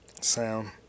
sound